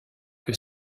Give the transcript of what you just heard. que